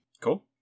cool